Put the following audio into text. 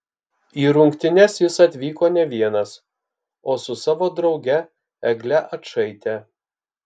į rungtynes jis atvyko ne vienas o su savo drauge egle ačaite